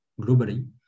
globally